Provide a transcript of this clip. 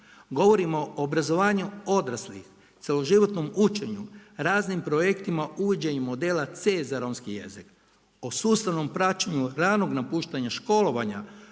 Govorimo o obrazovanju odraslih, cijeloživotnom učenju, raznim projektima, uvođenje modela C za romski jezik. O sustavnom, praćenju ranog napuštanju školovanja,